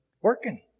working